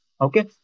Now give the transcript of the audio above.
Okay